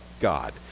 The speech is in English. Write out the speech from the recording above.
God